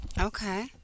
Okay